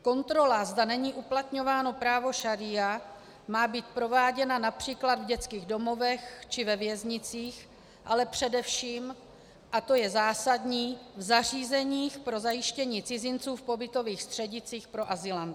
Kontrola, zda není uplatňováno právo šaría, má být prováděna například v dětských domovech či ve věznicích, ale především, a to je zásadní, v zařízeních pro zajištění cizinců v pobytových střediscích pro azylanty.